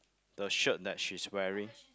the shirt that she's wearing